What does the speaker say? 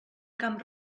camp